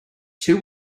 two